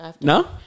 No